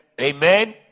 Amen